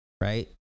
right